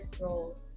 roles